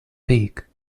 peak